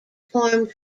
formed